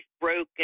broken